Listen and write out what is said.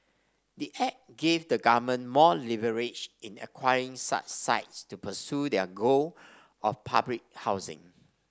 the act gave the government more leverage in acquiring such sites to pursue their goal of public housing